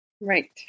Right